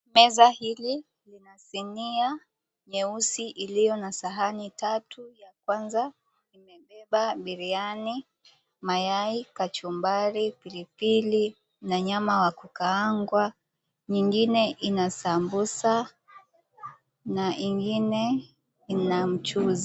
Meza hili lina sinia nyeusi iliyo na sahani tatu. Ya kwanza imebeba biriani, mayai, kachumbari, pilipili na nyama wa kukaangwa. Nyingine ina sambusa, na ingine ina mchuzi.